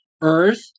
Earth